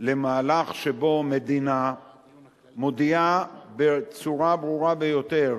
על מהלך שבו מדינה מודיעה בצורה ברורה ביותר